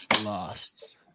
lost